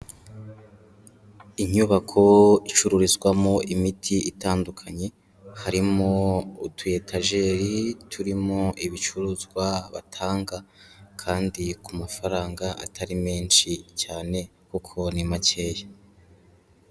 Inyubako icururizwamo imiti itandukanye, harimo utu etajeri turimo ibicuruzwa batanga kandi ku mafaranga atari menshi cyane kuko ni makeya.